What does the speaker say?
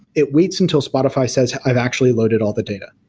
it waits until spotify says, i've actually loaded all the data.